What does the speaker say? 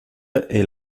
est